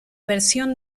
versión